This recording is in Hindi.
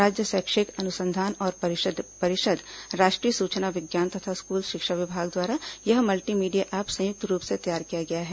राज्य शैक्षिक अनुसंधान और प्रशिक्षण परिषद राष्ट्रीय सूचना विज्ञान तथा स्कूल शिक्षा विभाग द्वारा यह मल्टीमीडिया ऐप संयुक्त रूप से तैयार किया गया है